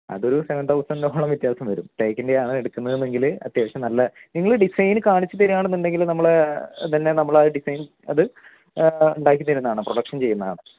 അതൊരു സെവൻ തൗസൻറ്റോളം വ്യത്യാസം വരും തേക്കിൻറ്റെയാണ് എടുക്കുന്നത് എങ്കിൽ അത്യാവശ്യം നല്ല നിങ്ങൾ ഡിസൈന് കാണിച്ച് തരുകയാണെന്ന് ഉണ്ടെങ്കിൽ നമ്മൾ ഇതെന്നെ നമ്മൾ ആ ഡിസൈൻ അത് ഉണ്ടാക്കി തരുന്നതാണ് പ്രൊഡക്ഷൻ ചെയ്യുന്നതാണ്